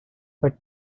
but